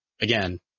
again